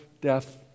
death